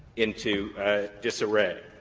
into disarray.